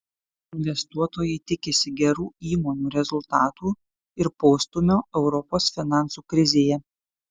investuotojai tikisi gerų įmonių rezultatų ir postūmio europos finansų krizėje